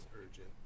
urgent